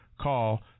Call